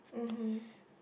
mmhmm